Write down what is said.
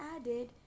added